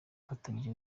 mfatanyije